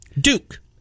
Duke